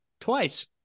Twice